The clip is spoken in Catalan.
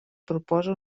proposa